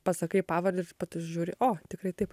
pasakai pavardę ir po to žiūri o tikrai taip